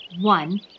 one